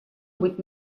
быть